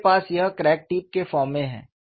मेरे पास यह क्रैक टिप के फॉर्म में है